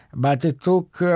but it took ah